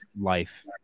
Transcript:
life